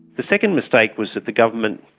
the second mistake was that the government,